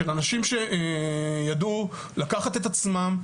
של אנשים שידעו לקחת את עצמם,